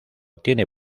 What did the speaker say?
tiene